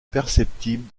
perceptible